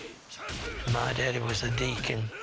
my daddy was a deacon